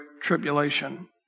tribulation